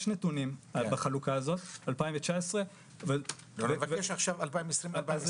יש נתונים על פי החלוקה הזאת על שנת 2019. אני מבקש עכשיו נתונים על השנים 2020 ו-2021.